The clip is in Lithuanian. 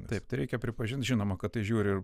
taip tai reikia pripažint žinoma kad tai žiūri ir